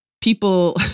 people